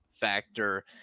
factor